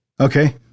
Okay